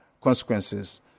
consequences